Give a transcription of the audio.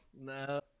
No